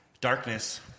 darkness